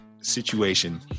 situation